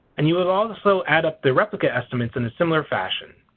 and you would also add up the replicate estimates in a similar fashion.